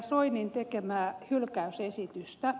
soinin tekemää hylkäysesitystä